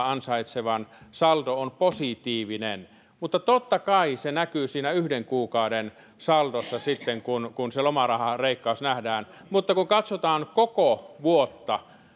ansaitsevan saldo on positiivinen mutta totta kai se näkyy siinä yhden kuukauden saldossa sitten kun kun se lomarahaleikkaus nähdään mutta kun katsotaan koko vuotta